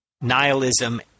nihilism